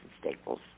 staples